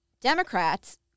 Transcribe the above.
Democrats